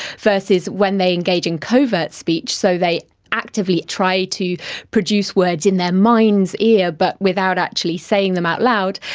versus when they engage in covert speech, so they actively try to produce words in their mind's ear but without actually saying them out loud.